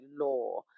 law